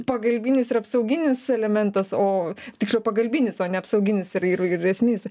pagalbinis ir apsauginis elementas o tiksliau pagalbinis o ne apsauginis ir ir ir esminis